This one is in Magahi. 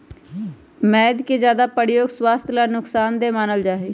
मैद के ज्यादा प्रयोग स्वास्थ्य ला नुकसान देय मानल जाहई